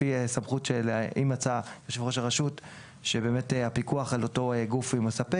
אם מצא יושב-ראש הרשות שהפיקוח על אותו גוף הוא מספק.